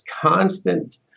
constant